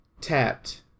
tapped